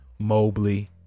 mobley